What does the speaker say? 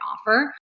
offer